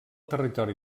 territori